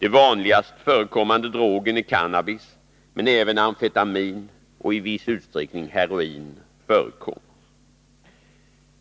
Den vanligast förekommande drogen är cannabis, men även amfetamin och i viss utsträckning heroin förekommer.